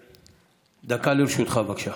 דקה לרשותך, בבקשה.